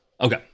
Okay